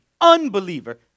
unbeliever